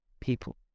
people